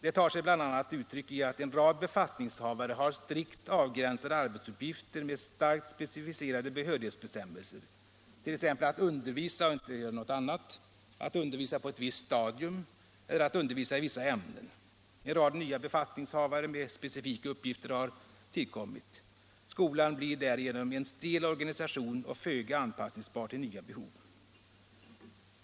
Det tar sig bl.a. uttryck i att en rad befattningshavare har strikt avgränsade arbetsuppgifter med starkt specificerade behörighetsbestämmelser — t.ex. att undervisa och inte göra något annat, att undervisa på ett visst stadium eller att undervisa i vissa ämnen. En rad nya befattningshavare med specifika uppgifter har tillkommit. Skolan blir därigenom en stel orga Allmänpolitisk debatt Allmänpolitisk debatt nisation och föga anpassningsbar till nya behov.